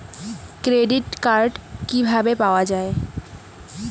Credit card কিভাবে পাওয়া য়ায়?